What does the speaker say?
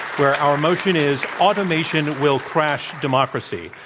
where our motion is, automation will crash democracy.